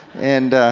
and,